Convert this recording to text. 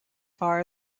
far